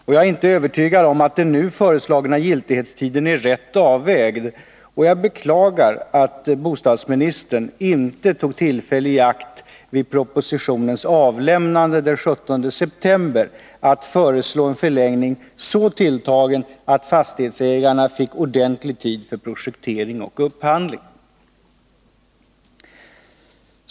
Jag är inte övertygad om att den nu föreslagna giltighetstiden är rätt avvägd, och jag beklagar att bostadsministern inte tog tillfället i akt vid propositionens avlämnande den 17 september att föreslå en förlängning, så tilltagen att fastighetsägarna fick ordentlig tid för projektering och upphandling.